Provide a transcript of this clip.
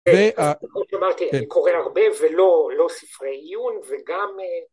וכמו שאמרתי אני קורא הרבה ולא ספרי עיון וגם